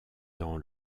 dans